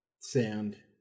sound